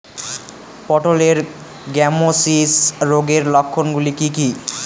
পটলের গ্যামোসিস রোগের লক্ষণগুলি কী কী?